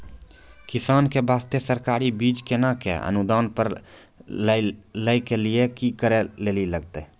किसान के बास्ते सरकारी बीज केना कऽ अनुदान पर लै के लिए की करै लेली लागतै?